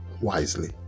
wisely